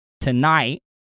tonight